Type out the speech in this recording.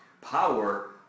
power